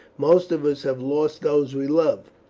most of us have lost those we love,